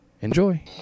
Enjoy